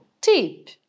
Tip